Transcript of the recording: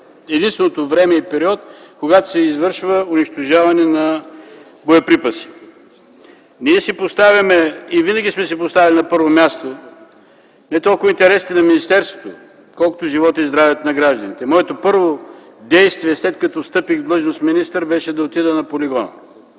единственото време и период, когато се извършва унищожаване на боеприпаси. Ние си поставяме и винаги сме си поставяли на първо място не толкова интересите на министерството, колкото живота и здравето на гражданите. Моето първо действие, след като встъпих в длъжност „министър”, беше да отида на полигона,